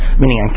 meaning